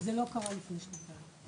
זה לא קרה לפני שנתיים.